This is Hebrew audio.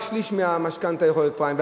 רק שליש מהמשכנתה יכול להיות פריים,